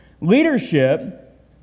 Leadership